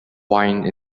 wine